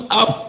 up